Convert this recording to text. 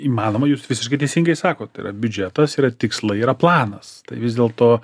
įmanoma jūs visiškai teisingai sakot tai yra biudžetas yra tikslai yra planas tai vis dėlto